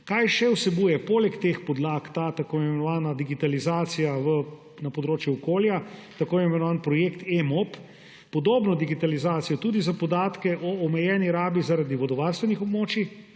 Kaj še vse vsebuje poleg teh podlag ta tako imenovana digitalizacija na področju okolja, tako imenovani projekt eMOP? Podobno digitalizacijo tudi za podatke o omejeni rabi zaradi vodovarstvenih območij.